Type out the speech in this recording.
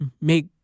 make